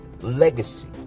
Legacy